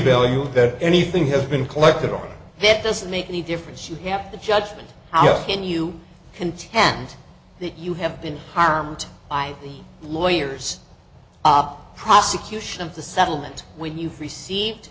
value that anything has been collected on that doesn't make any difference you have the judgment how can you contend that you have been harmed by the lawyers prosecution of the settlement when you've received